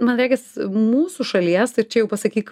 man regis mūsų šalies ir čia jau pasakyk